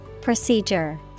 Procedure